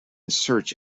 search